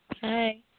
Hi